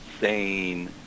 sane